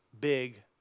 big